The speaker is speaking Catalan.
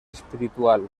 espiritual